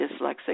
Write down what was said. dyslexic